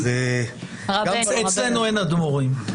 אצלנו אין אדמו"רים.